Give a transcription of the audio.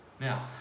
Now